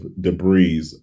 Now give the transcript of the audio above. debris